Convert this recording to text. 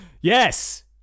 Yes